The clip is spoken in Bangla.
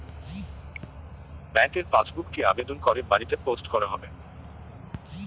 ব্যাংকের পাসবুক কি আবেদন করে বাড়িতে পোস্ট করা হবে?